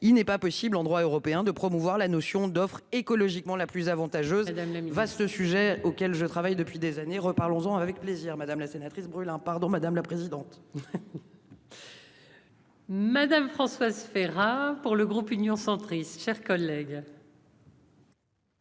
il n'est pas possible en droit européen de promouvoir la notion d'offre écologiquement la plus avantageuse. Vaste ce sujet auquel je travaille depuis des années, reparlons-en avec plaisir madame la sénatrice. Pardon, madame la présidente. Madame Françoise Férat. Pour le groupe Union centriste, chers collègues.